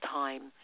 time